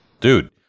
dude